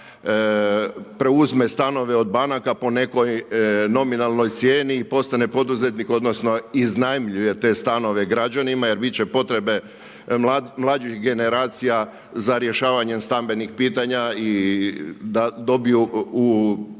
preuzme stanove od banaka po nekoj nominalnoj cijeni i postane poduzetnik odnosno iznajmljuje te stanove građanima jer bit će potrebe mlađih generacija za rješavanje stambenih pitanja i da dobiju stanove